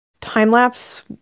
time-lapse